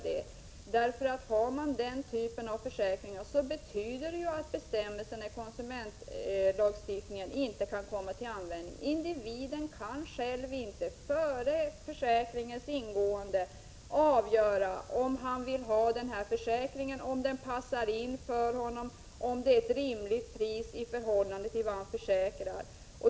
Den typen av försäkring innebär att bestämmelserna i konsumentlagstiftningen inte kan komma till användning. Individen kan själv inte före försäkringsavtalets ingående avgöra om han vill ha den här försäkringen, om försäkringen passar honom, om priset är rimligt i förhållande till det han försäkrar.